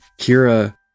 Kira